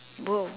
bro